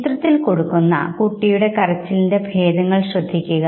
ചിത്രത്തിൽ കൊടുക്കുന്ന കുട്ടിയുടെ കരച്ചിലിന്റെ ഭേദങ്ങൾ ശ്രദ്ധിക്കുക